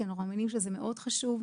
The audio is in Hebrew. כי אנחנו מאמינים שזה מאוד חשוב.